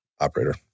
operator